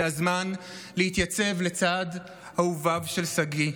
זה הזמן להתייצב לצד אהוביו של שגיא.